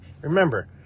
remember